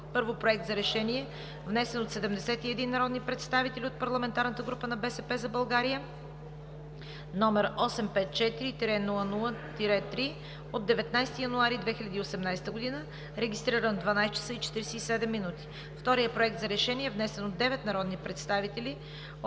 Първо, Проект за решение, внесен от 71 народни представители от парламентарната група на „БСП за България“, № 854 00-3, от 19 януари 2018 г., регистриран в 12,47 ч. Второ, Проект за решение, внесен от 9 народни представители от